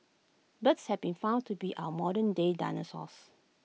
birds have been found to be our modernday dinosaurs